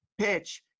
PITCH